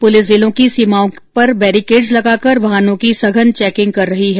police जिलों की सीमाओं पर बेरीकेड्स लगाकर वाहनों की सघन चेकिंग कर रही है